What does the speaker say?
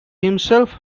himself